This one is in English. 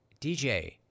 DJ